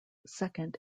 second